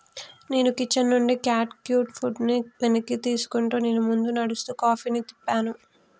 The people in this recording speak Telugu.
నేను కిచెన్ నుండి క్యాట్ క్యూట్ ఫుడ్ని వెనక్కి తీసుకుంటూ నేను ముందు నడుస్తూ కాఫీని తిప్పాను